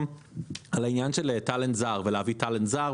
על העניין של טאלנט זר ולהביא טאלנט זר.